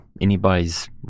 anybody's